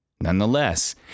Nonetheless